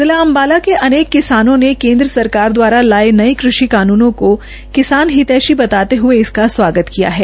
जिला अम्बाला के अनेक किसानों ने केंद्र सरकार द्वारा लाए नए कृषि कानूनों को किसान हितेषी बताते हुए इसका स्वागत किया है